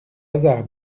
hasard